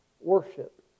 worship